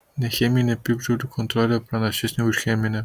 necheminė piktžolių kontrolė pranašesnė už cheminę